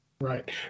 Right